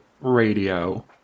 radio